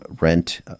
rent